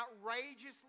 outrageously